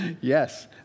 Yes